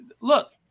look